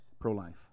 Pro-life